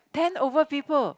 ten over people